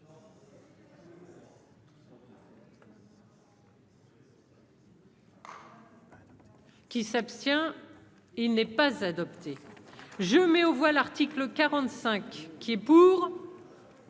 Qui s'abstient, il n'est pas adopté. Je mets aux voix, l'article 45 qui est pour.